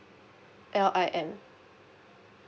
L I M